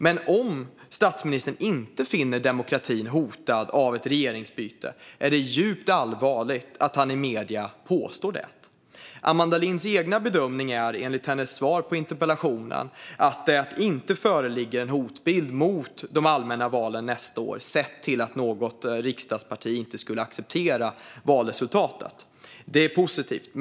Men om statsministern inte finner demokratin hotad av ett regeringsbyte är det djupt allvarligt att han i medierna påstår det. Amanda Linds egen bedömning är, enligt hennes svar på interpellationen, att det inte föreligger en hotbild mot de allmänna valen nästa år, sett till att något riksdagsparti inte skulle acceptera valresultatet. Det är positivt.